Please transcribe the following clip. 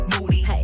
moody